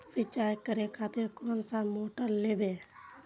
सीचाई करें खातिर कोन सा मोटर लेबे?